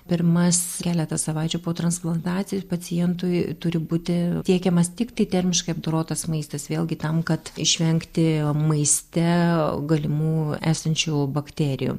pirmas keletą savaičių po transplantaci pacientui turi būti tiekiamas tiktai termiškai apdorotas maistas vėlgi tam kad išvengti maiste galimų esančių bakterijų